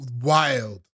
wild